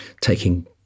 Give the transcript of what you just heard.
taking